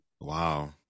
Wow